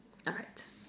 alright